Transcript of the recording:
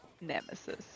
nemesis